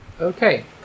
Okay